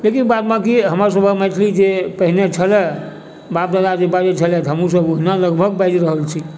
लेकिन बाद बाँकी हमर सभक मैथिली जे पहिने छलै बाप दादा जे बाजय छलथि हइ हमहुँ सब ओहिना लगभग बाजि रहल छी